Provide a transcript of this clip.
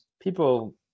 people –